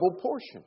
portion